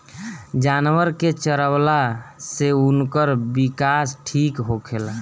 जानवर के चरवला से उनकर विकास ठीक होखेला